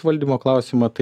valdymo klausimą